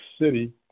city